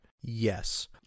Yes